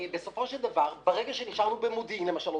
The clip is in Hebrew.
בסופו של דבר ברגע שנשארנו במודיעין עוד